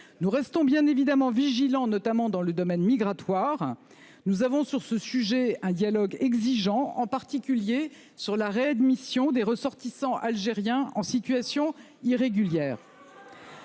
Nous restons bien évidemment vigilants, notamment dans le domaine migratoire. Nous avons à cet égard un dialogue exigeant, en particulier sur la réadmission des ressortissants algériens en situation irrégulière.